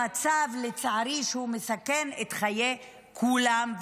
במצב שמסכן את חיי כולם,